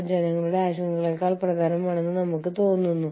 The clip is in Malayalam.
അപ്പോൾ നിങ്ങൾ ആഗോളതലത്തിലേക്ക് പോകുന്നു